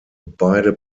beide